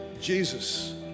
Jesus